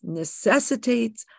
necessitates